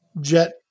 jet